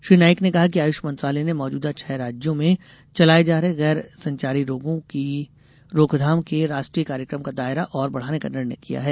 श्री नाइक ने कहा कि आयुष मंत्रालय ने मौजूदा छह राज्यों में चलाए जा रहे गैर संचारी रोगों की रोकथाम के राष्ट्रीय कार्यक्रम का दायरा और बढ़ाने का निर्णय किया है